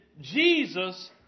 Jesus